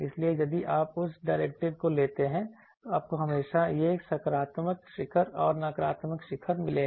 इसलिए यदि आप उस डेरिवेटिव को लेते हैं तो आपको हमेशा यह सकारात्मक शिखर और नकारात्मक शिखर मिलेगा